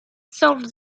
solve